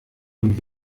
und